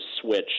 switch